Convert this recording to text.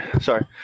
sorry